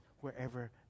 wherever